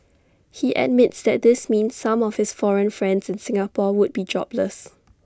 he admits that this means some of his foreign friends in Singapore would be jobless